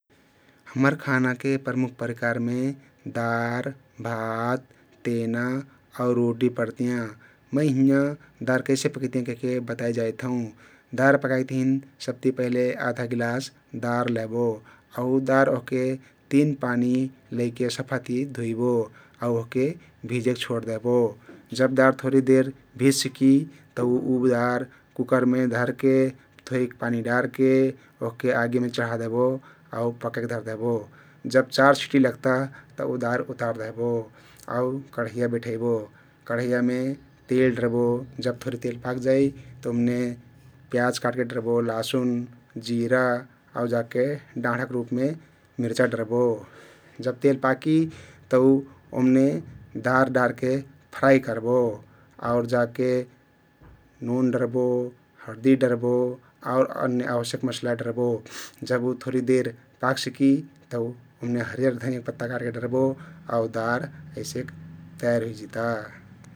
हम्मर खानाके प्रमुाख परिकारमे दार, भात, तेना आउ रोटी परतियाँ । मै हिंया दार कैसे पकैतियाँ कहिके बताइ जाइत हउँ । दार पकाइक तहिन सबति पहिले आधा गिलास दार लेहबो आउ उ दार ओहके तिन पानी लैके सफाति धुइबो आउ ओहके भिजेक छोर देहबो । जब दार थोरी देर भीज सिकि तउ उ दार कुकरमे धरके थोरीक पानी डारके ओहके आगीमे चढादेहबो आउ पाकेक धरदेहबो । जब चार सिटी लग्ता तउ उ दार उतार देहबो आउ कढैया बैठइबो । कढैयामे तेल डरबो, जब तेल पाकजाई ओमने प्याज काट्के डरबो, लासुन, जिरा, आउ जाके डाँढक रुपमे मिर्चा डरबो । जब तेल पाकी तउ ओमने दार डारके फ्राई करबो आउर जाके नोन डरबो, हरदि डरबो आउर अन्य अवश्यक मसला डरबो । जब उ थोरी देर पाकसिकी तउओमने हरियर धनियाक पत्ता काट्के डरबो आउ दार अइसेक तयार हुइजिता ।